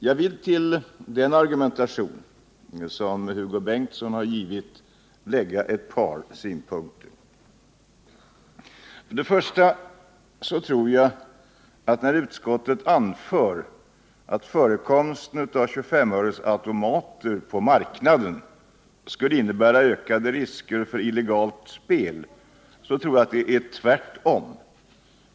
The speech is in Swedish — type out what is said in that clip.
Jag vill till de argument som Hugo Bengtsson stått för lägga ett par synpunkter. Utskottet anför att förekomsten av 25-öresautomater på marknaden skulle innebära ökade risker för illegalt spel. Jag tror att det är tvärtom.